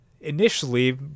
Initially